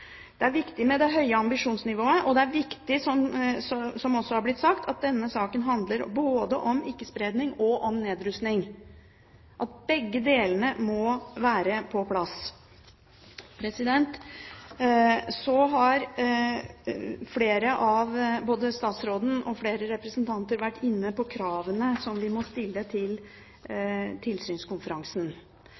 Det er viktig med det høye ambisjonsnivået, og det er viktig, som det også er blitt sagt, at denne saken handler både om ikke-spredning og om nedrustning – begge delene må være på plass. Så har både statsråden og flere representanter vært inne på kravene som vi må stille til tilsynskonferansen.